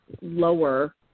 lower